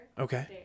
okay